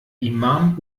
imam